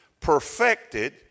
perfected